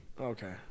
Okay